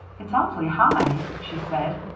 it's awfully high, she said.